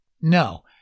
No